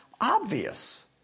obvious